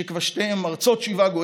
שכבשתם ארצות שבעה,